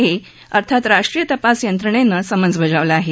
ए अर्थात राष्ट्रीय तपास यंत्रणेनं समन्स बजावलं आहे